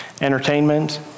entertainment